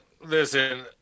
listen